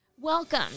Welcome